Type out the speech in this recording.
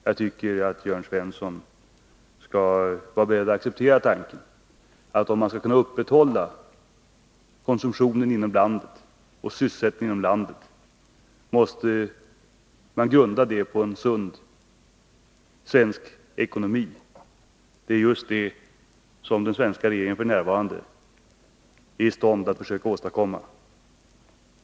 Jag tycker att Jörn Svensson borde vara beredd att acceptera att grunden för att man skall kunna upprätthålla konsumtion och sysselsättning inom landet är en sund svensk ekonomi. Det är just det som den svenska regeringen f. n. försöker åstadkomma.